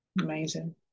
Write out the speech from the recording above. Amazing